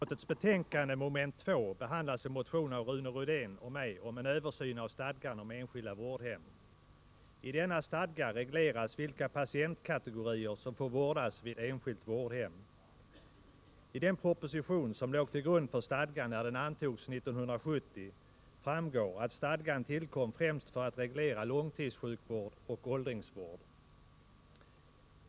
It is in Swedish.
Herr talman! I socialutskottets betänkande 2 behandlas en motion av Rune Rydén och mig om en översyn av stadgan om enskilda vårdhem. I denna stadga regleras vilka patientkategorier som får vårdas vid enskilt vårdhem. Av den proposition som låg till grund för stadgan när den antogs 1970 framgår att stadgan tillkom främst för att reglera långtidsvård och åldringsvård.